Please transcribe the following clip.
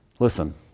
Listen